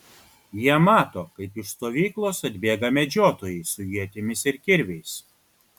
jie mato kaip iš stovyklos atbėga medžiotojai su ietimis ir kirviais